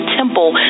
temple